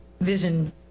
vision